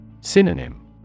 Synonym